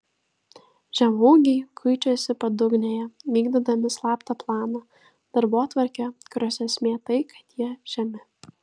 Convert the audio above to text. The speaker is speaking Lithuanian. žemaūgiai kuičiasi padugnėje vykdydami slaptą planą darbotvarkę kurios esmė tai kad jie žemi